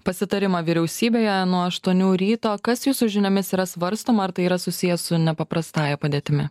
pasitarimą vyriausybėje nuo aštuonių ryto kas jūsų žiniomis yra svarstoma ar tai yra susiję su nepaprastąja padėtimi